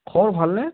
খবৰ ভালনে